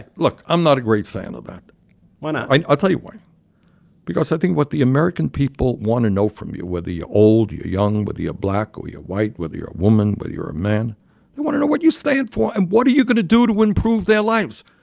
look. i'm not a great fan of that why not? i'll tell you why because i think what the american people want to know from you, whether you're old, you're young, whether you're black or you're white, whether you're a woman, whether you're a man they want to know what you stand for. and what are you going to do to improve their lives?